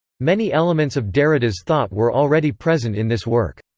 many elements of derrida's thought were already present in this work.